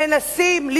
נא לסיים,